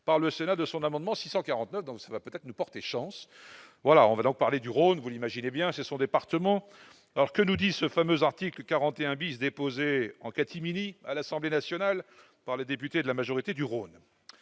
par le Sénat de son amendement 649 donc ça va peut-être nous porter chance, voilà, on va donc parler du Rhône, vous l'imaginez bien, c'est son département alors que nous dit ce fameux article 41 bis déposé en catimini à l'Assemblée nationale par les députés de la majorité du Rhône